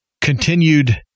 continued